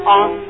on